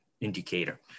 indicator